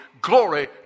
Glory